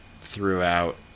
throughout